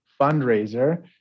fundraiser